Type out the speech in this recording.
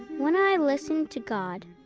when i listen to god,